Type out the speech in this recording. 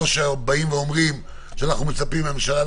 או שאנחנו אומרים למה אנחנו מצפים מהממשלה.